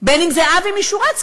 בין אם זה אבי מ"שורצקי",